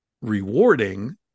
rewarding